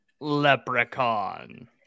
Leprechaun